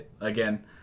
again